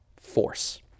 force